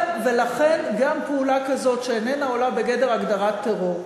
ולכן גם פעולה כזאת שאיננה עולה בגדר הגדרת טרור,